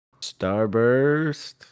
Starburst